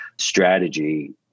strategy